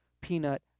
peanut